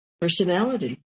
personality